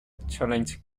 challenged